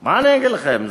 מה אני אגיד לכם?